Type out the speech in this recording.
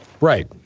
Right